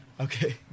Okay